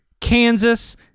Kansas